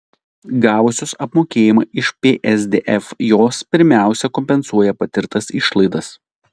gavusios apmokėjimą iš psdf jos pirmiausia kompensuoja patirtas išlaidas